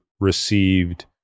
received